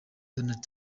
donald